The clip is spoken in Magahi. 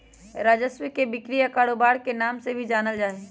राजस्व के बिक्री या कारोबार के नाम से भी जानल जा हई